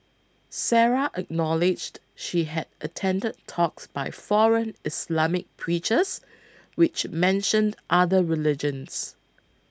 Sarah acknowledged she had attended talks by foreign Islamic preachers which mentioned other religions